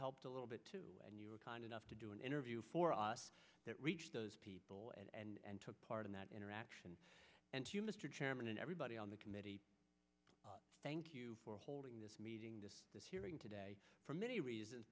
helped a little bit too and you were kind enough to do an interview for us that reached those people and took part in that interaction and you mr chairman and everybody on the committee thank you for holding this meeting to this hearing today for many reasons